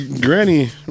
granny